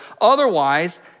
otherwise